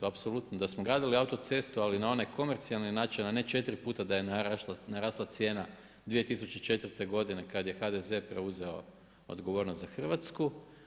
Apsolutno da smo gradili autocestu ali na onaj komercijalni način, a ne 4 puta da je narasla cijena 2004. kada je HDZ preuzeo odgovornost za Hrvatsku.